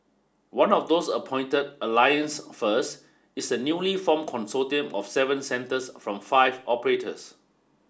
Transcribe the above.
one of those appointed Alliance First is a newly formed consortium of seven centres from five operators